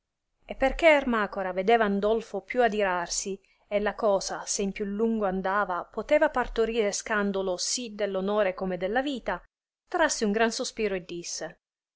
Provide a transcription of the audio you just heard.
e perchè ermacora vedeva andolfo più adirarsi e la cosa se più in lungo andava poteva partorire scandolo sì dell onore come della vita trasse un gran sospiro e disse